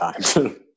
time